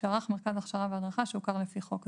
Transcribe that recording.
שערך מרכז הכשרה והדרכה שהוכר לפי חוק זה.